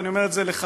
ואני אומר את זה לך,